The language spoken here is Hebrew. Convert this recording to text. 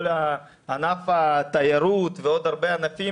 כל ענף התיירות ועוד ענפים,